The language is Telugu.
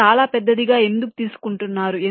మీరు చాలా పెద్దదిగా ఎందుకు తీసుకుంటున్నారు